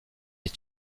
est